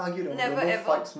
never ever